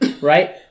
Right